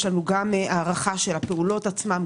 יש לנו גם הערכה של הפעולות עצמן,